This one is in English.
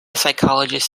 psychologist